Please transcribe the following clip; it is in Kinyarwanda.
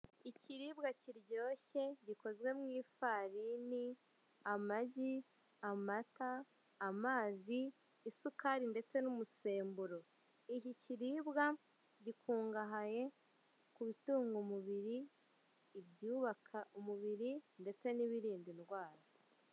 Ikiribwa kiryoshye gikoze mu ifarine, amagi, amata, amazi, isukari ndetse n'umusemburo. Ikiribwa, gihingwa gikungahaye ku bitunga umubri, ibyubaka umubiri, ndetse n'ibirinda indwara.